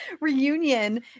reunion